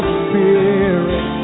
spirit